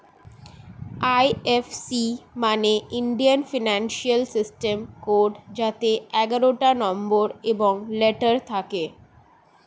এই F C মানে Indian financial system code যাতে এগারোটা নম্বর এবং লেটার থাকে